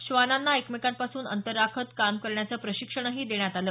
श्वानांना एकमेकांपासून अंतर राखत काम करण्याचं प्रशिक्षणही देण्यात आलं